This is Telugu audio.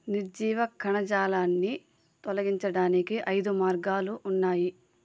నిర్జీవ కణజాలాన్ని తొలగించడానికి ఐదు మార్గాలు ఉన్నాయి